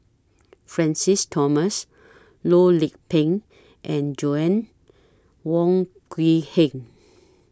Francis Thomas Loh Lik Peng and Joanna Wong Quee Heng